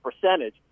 percentage